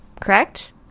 correct